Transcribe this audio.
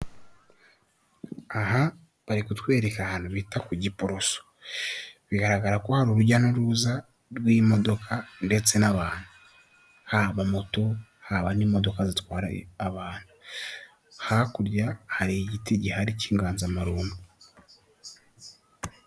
Aha bari kutwereka ahantu bita ku Giporoso bigaragara ko hari urujya n'uruza rw'imodoka ndetse n'abantu haba moto, haba n'imodoka zitwara abantu. Hakurya hari igiti gihari k'inganzamarumbo.